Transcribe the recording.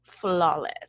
flawless